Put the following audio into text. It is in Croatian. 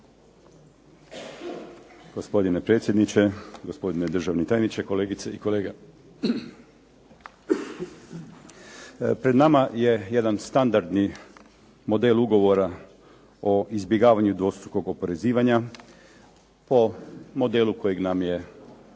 Gospodine predsjedniče, gospodine državni tajniče, kolegice i kolege. Pred nama je jedan standardni model ugovora o izbjegavanju dvostrukog oporezivanja po modelu kojeg nam je